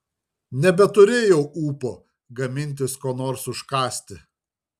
nebeturėjau ūpo gamintis ko nors užkąsti